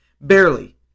Barely